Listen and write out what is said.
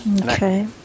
okay